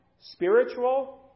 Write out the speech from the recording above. spiritual